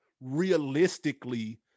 realistically